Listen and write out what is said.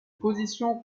positions